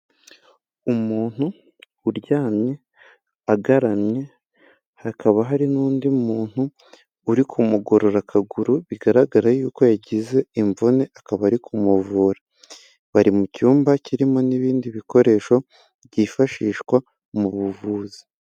Umuntu uryamye agaramye, hakaba hari n'undi muntu, uri kumugorora akaguru, bigaragara y'uko yagize imvune, akaba ari kumuvura, bari mu cyumba kirimo n'ibindi bikoresho byifashishwa mu buvuzi.